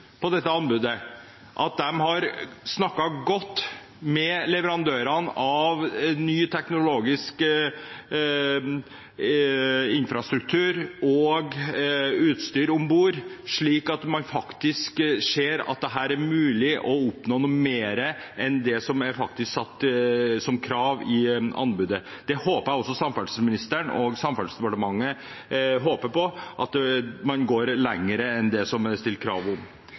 på dette anbudet, har snakket godt med leverandørene av ny teknologisk infrastruktur og utstyr ombord, slik at man faktisk ser at det er mulig å oppnå mer enn det som faktisk er satt som krav i anbudet. Jeg håper at også samferdselsministeren og Samferdselsdepartementet går lenger enn det er stilt krav om.